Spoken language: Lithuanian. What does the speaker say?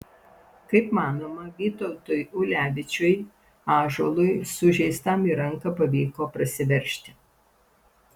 kaip manoma vytautui ulevičiui ąžuolui sužeistam į ranką pavyko prasiveržti